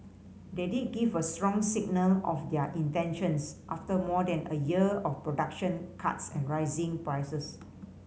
they did give a strong signal of their intentions after more than a year of production cuts and rising prices